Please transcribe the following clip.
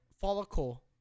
follicle